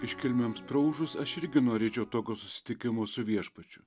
iškilmėms praūžus aš irgi norėčiau tokio susitikimo su viešpačiu